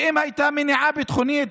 ואם הייתה מניעה ביטחונית,